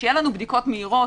כשיהיו לנו בדיקות מהירות,